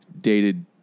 dated